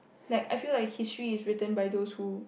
like I feel like history is written by those who